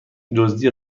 دزدی